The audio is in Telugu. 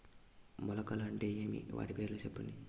మొలకలు అంటే ఏమి? వాటి పేర్లు సెప్పండి?